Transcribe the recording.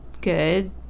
good